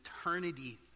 eternity